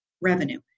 revenue